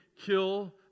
kill